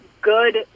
good